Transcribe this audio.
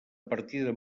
partida